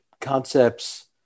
concepts